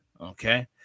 Okay